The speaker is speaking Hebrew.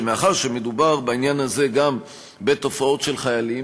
שמאחר שמדובר בעניין הזה גם בתופעות של חיילים,